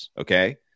okay